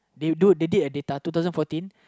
they do they did and they data two thousand fourteen